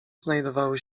znajdowały